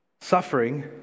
Suffering